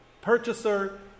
Purchaser